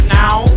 now